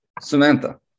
Samantha